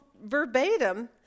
verbatim